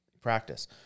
practice